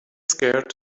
scared